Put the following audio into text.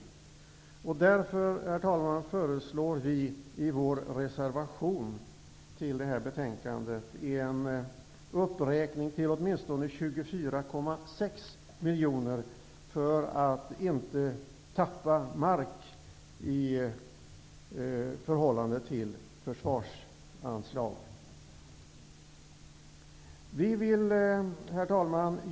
Därför föreslår vi i vår reservation till detta betänkande en uppräkning till åtminstone 24,6 miljoner för att inte tappa mark i förhållande till försvarsanslaget. Herr talman!